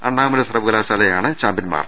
അണ്ണാമല സർവകലാ ശാലയാണ് ചാമ്പ്യൻമാർ